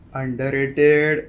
underrated